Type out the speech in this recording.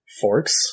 forks